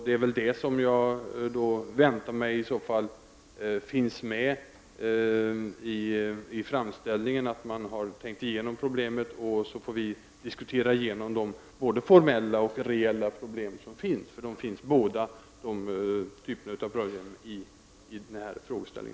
Det är detta jag förväntar mig finns med i framställningen, att man har tänkt igenom problemet. Sedan får vi diskutera igenom de formella och reella problem som föreligger, för båda typerna av problem finns med i denna frågeställning.